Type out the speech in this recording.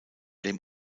dem